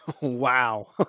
Wow